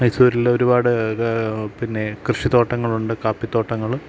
മൈസൂരിൽ ഒരുപാട് പിന്നെ കൃഷിത്തോട്ടങ്ങളുണ്ട് കാപ്പിത്തോട്ടങ്ങൾ